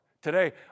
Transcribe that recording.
Today